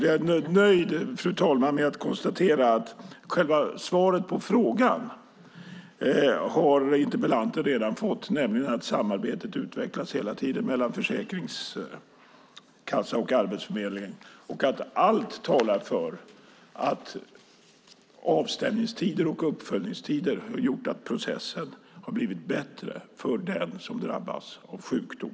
Jag är nöjd, fru talman, med att kunna konstatera att interpellanten redan har fått själva svaret på frågan, nämligen att samarbetet utvecklas hela tiden mellan Försäkringskassan och Arbetsförmedlingen och att allt talar för att avstämningstider och uppföljningstider gjort att processen blivit bättre för den som drabbas av sjukdom.